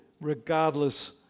regardless